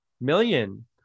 Million